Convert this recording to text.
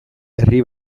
herri